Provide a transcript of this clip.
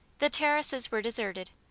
the terraces were deserted,